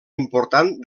important